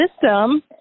system